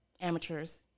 amateurs